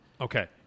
Okay